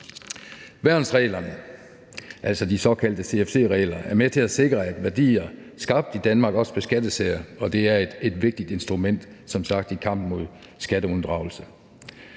Værnsreglerne, altså de såkaldte CFC-regler, er med til at sikre, at værdier skabt i Danmark også beskattes her, og det er et vigtigt instrument, som sagt, i kampen mod skatteunddragelse.